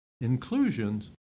inclusions